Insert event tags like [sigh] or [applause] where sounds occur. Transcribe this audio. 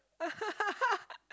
[laughs]